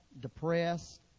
depressed